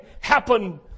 happen